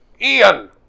Ian